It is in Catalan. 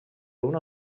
una